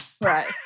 Right